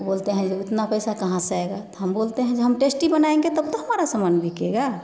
वो बोलते हैं जे उतना पैसा कहाँ से आएगा तो हम बोलते हैं जे हम टेस्टी बनाएँगे तब तो हमारा सामान बिकेगा